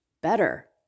better